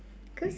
cause